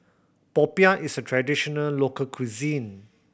Popiah is a traditional local cuisine